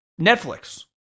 Netflix